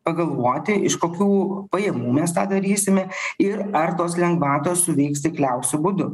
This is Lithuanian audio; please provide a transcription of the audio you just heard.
pagalvoti iš kokių pajamų mes tą darysime ir ar tos lengvatos suveiks tikliausiu būdu